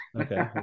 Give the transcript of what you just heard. Okay